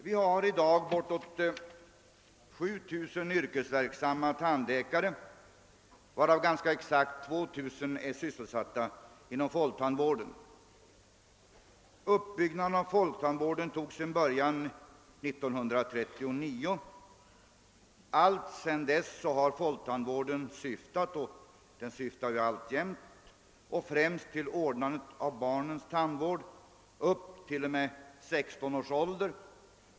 Vi har i dag bortåt 7 000 yrkesverksamma tandläkare, varav ganska exakt 2 000 är sysselsatta inom folktandvården. Uppbyggnaden av folktandvården tog sin början 1939. Alltsedan dess har folktandvården syftat — och det gör den fortfarande — främst till ordnande av tandvården för barnen upp t.o.m. 16 års ålder.